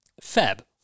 Fab